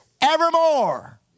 evermore